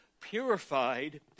purified